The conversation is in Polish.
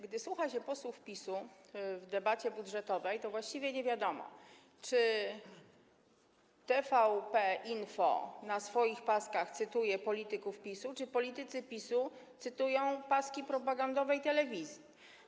Gdy słucha się posłów PiS-u w debacie budżetowej, to właściwie nie wiadomo, czy TVP Info na swoich paskach cytuje polityków PiS-u, czy politycy PiS-u cytują paski propagandowej telewizji.